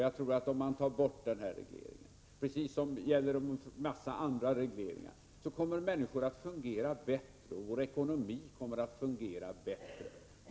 Jag tror att om man tar bort den här regleringen — och detsamma gäller beträffande en mängd andra regleringar — kommer enskilda människor och även hela vår ekonomi att fungera bättre.